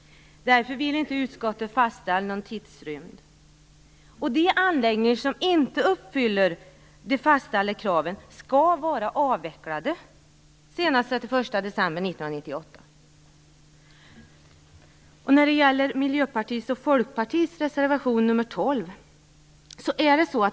Därför vill inte utskottet fastställa någon tidsrymd. De anläggningar som inte uppfyller de fastställda kraven skall vara avvecklade senast den 31 december 1998. Så var det Miljöpartiets och Folkpartiets reservation nr 12.